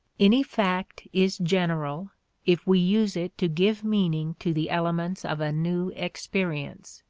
any fact is general if we use it to give meaning to the elements of a new experience.